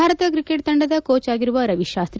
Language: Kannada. ಭಾರತ ಕ್ರಿಕೆಟ್ ತಂಡದ ಕೋಚ್ ಆಗಿರುವ ರವಿಶಾಸ್ತಿ